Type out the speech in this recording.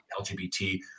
LGBT